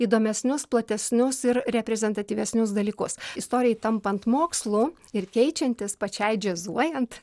įdomesnius platesnius ir reprezentatyvesnius dalykus istorijai tampant mokslu ir keičiantis pačiai džiazuojant